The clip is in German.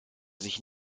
sich